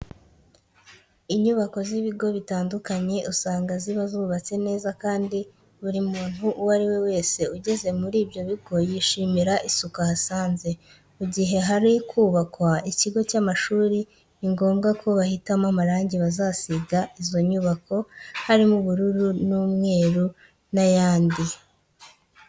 Inyubako z'ibigo bitandukanye usanga ziba zubatse neza kandi buri muntu uwo ari we wese ugeze muri ibyo bigo yishimira isuku ahasanze. Mu gihe hari kubakwa ikigo cy'amashuri ni ngombwa ko bahitamo amarange bazasiga izo nyubako harimo nk'ubururu, umweru n'ayandi.